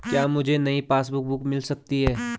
क्या मुझे नयी पासबुक बुक मिल सकती है?